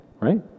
right